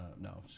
no